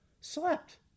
slept